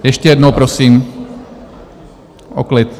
Ještě jednou prosím o klid.